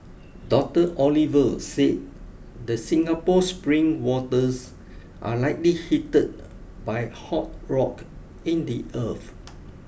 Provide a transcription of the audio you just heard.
Doctor Oliver said the Singapore spring waters are likely heat by hot rock in the earth